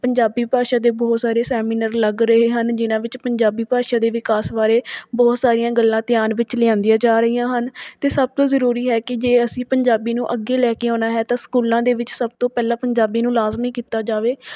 ਪੰਜਾਬੀ ਭਾਸ਼ਾ ਦੇ ਬਹੁਤ ਸਾਰੇ ਸੈਮੀਨਾਰ ਲੱਗ ਰਹੇ ਹਨ ਜਿਹਨਾਂ ਵਿੱਚ ਪੰਜਾਬੀ ਭਾਸ਼ਾ ਦੇ ਵਿਕਾਸ ਬਾਰੇ ਬਹੁਤ ਸਾਰੀਆਂ ਗੱਲਾਂ ਧਿਆਨ ਵਿੱਚ ਲਿਆਦੀਆਂ ਜਾ ਰਹੀਆਂ ਹਨ ਅਤੇ ਸਭ ਤੋਂ ਜ਼ਰੂਰੀ ਹੈ ਕਿ ਜੇ ਅਸੀਂ ਪੰਜਾਬੀ ਨੂੰ ਅੱਗੇ ਲੈ ਕੇ ਆਉਣਾ ਹੈ ਤਾਂ ਸਕੂਲਾਂ ਦੇ ਵਿੱਚ ਸਭ ਤੋਂ ਪਹਿਲਾਂ ਪੰਜਾਬੀ ਨੂੰ ਲਾਜ਼ਮੀ ਕੀਤਾ ਜਾਵੇ